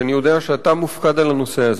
כשאני יודע שאתה מופקד על הנושא הזה,